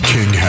King